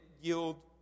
yield